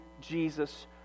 Jesus